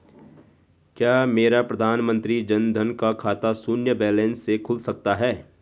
क्या मेरा प्रधानमंत्री जन धन का खाता शून्य बैलेंस से खुल सकता है?